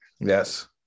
Yes